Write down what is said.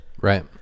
Right